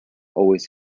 always